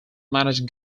manager